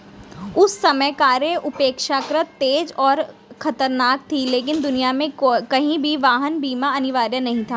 उस समय कारें अपेक्षाकृत तेज और खतरनाक थीं, लेकिन दुनिया में कहीं भी वाहन बीमा अनिवार्य नहीं था